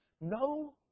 No